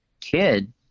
kid